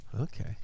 Okay